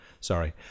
sorry